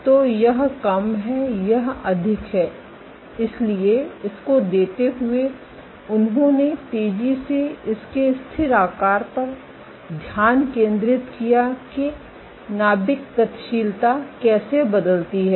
तो यह कम है यह अधिक है इसलिए इसको देते हुये उन्होने तेजी से इसके स्थिर आकार पर ध्यान केन्द्रित किया कि नाभिक गतिशीलता कैसे बदलती है